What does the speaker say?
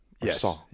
Yes